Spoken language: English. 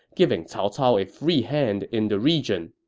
giving cao cao a free hand in the region.